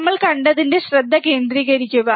നമ്മൾ കണ്ടതിൽ ശ്രദ്ധ കേന്ദ്രീകരിക്കുക